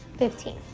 fifteen.